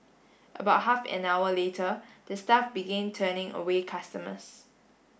about half an hour later the staff begin turning away customers